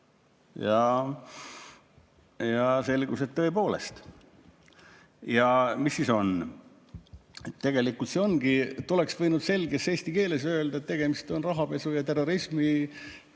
Ja selgus, et tõepoolest. Mis siis on? Tegelikult see ongi, et oleks võinud selges eesti keeles öelda, et tegemist on rahapesu ja terrorismi